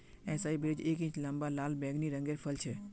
एसाई berries एक inch लंबा लाल बैंगनी रंगेर फल छे